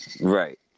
Right